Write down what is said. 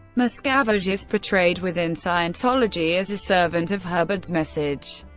miscavige is portrayed within scientology as a servant of hubbard's message,